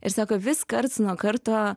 ir sako vis karts nuo karto